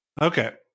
Okay